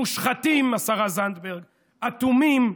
מושחתים, השרה זנדברג, אטומים.